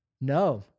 No